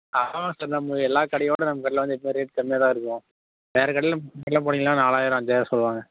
ஆமாம் சார் நம்ம எல்லா கடையோடு நம்ம கடையில் எப்போவுமே ரேட் கம்மியாக தான் இருக்கும் வேறு கடையில் வெளில போனீங்கன்னா நாலாயிரம் அஞ்சாயிரம் சொல்வாங்க